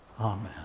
Amen